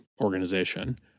organization